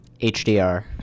HDR